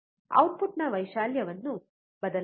ಔಟ್ಪುಟ್ನ ವೈಶಾಲ್ಯವನ್ನು ಬದಲಾಯಿಸಿ